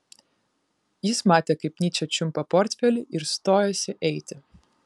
jis matė kaip nyčė čiumpa portfelį ir stojasi eiti